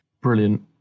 Brilliant